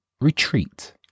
retreat